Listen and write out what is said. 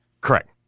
Correct